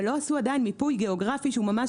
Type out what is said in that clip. אבל לא עשו עדיין מיפוי גיאוגרפי שהוא ממש